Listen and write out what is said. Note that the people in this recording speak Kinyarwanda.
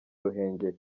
ruhengeri